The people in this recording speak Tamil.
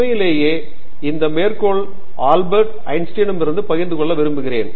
உண்மையிலேயே இந்த மேற்கோளை ஆல்பர்ட் ஐன்ஸ்டீனிலிருந்து பகிர்ந்து கொள்ள விரும்புகிறேன்